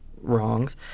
wrongs